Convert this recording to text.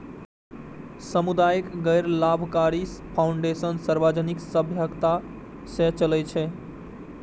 सामुदायिक गैर लाभकारी फाउंडेशन सार्वजनिक सहभागिता सं चलै छै